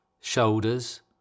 shoulders